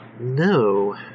No